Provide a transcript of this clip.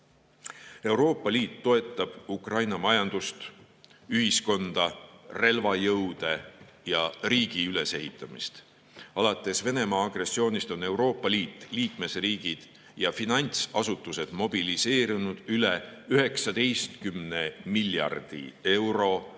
Liit toetab Ukraina majandust, ühiskonda, relvajõude ja riigi ülesehitamist. Alates Venemaa agressioonist on Euroopa Liit, liikmesriigid ja finantsasutused mobiliseerinud üle 19 miljardi euro